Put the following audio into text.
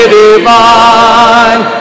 divine